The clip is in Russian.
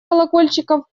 колокольчиков